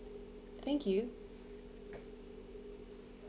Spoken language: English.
thank you